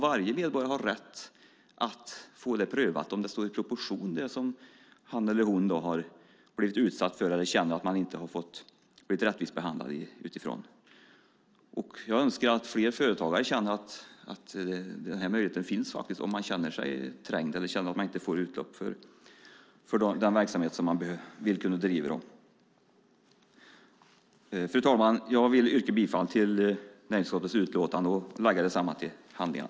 Varje medborgare har rätt att få prövat om det han eller hon har blivit utsatt för står i proportion till vad som kan betraktas som rättvis behandling. Jag önskar att fler företagare kunde känna att möjligheten finns om de inte kan bedriva sin verksamhet. Fru talman! Jag vill yrka bifall till förslaget i näringsutskottets utlåtande och lägga det till handlingarna.